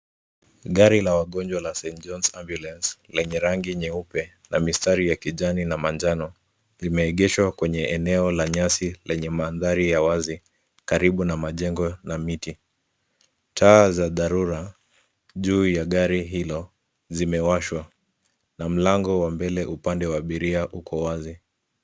Gari la wagonjwa la Saint John Ambulance lenye rangi nyeupe na mistari ya kijani na manjano limeegeshwa kwenye eneo la nyasi lenye mandhari ya wazi karibu na majengo na miti. Taa za dharura juu ya gari hilo zimewashwa na mlango wa mbele upande wa abira uko wazi.